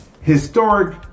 Historic